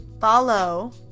follow